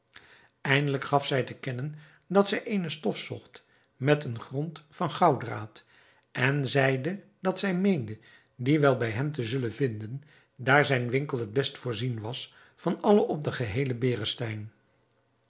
eindelijk gaf zij te kennen dat zij eene stof zocht met een grond van gouddraad en zeide dat zij meende die wel bij hem te zullen vinden daar zijn winkel het best voorzien was van allen op den geheelen berestein